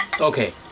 Okay